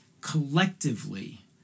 Collectively